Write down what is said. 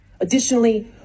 Additionally